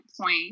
point